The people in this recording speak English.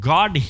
God